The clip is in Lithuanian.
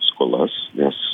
skolas nes